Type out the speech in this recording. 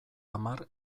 hamar